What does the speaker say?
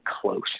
close